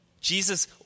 Jesus